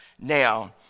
Now